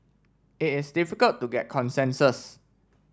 it is difficult to get consensus